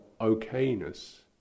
okayness